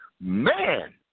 man